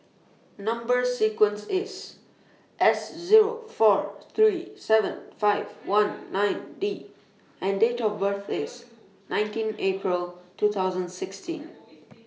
Number sequence IS S Zero four three seven five one nine D and Date of birth IS nineteen April two thousand sixteen